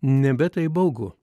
nebe taip baugu